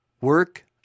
Work